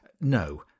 no